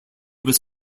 was